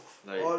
like